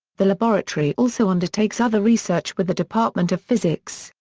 the laboratory also undertakes other research with the department of physics,